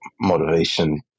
motivation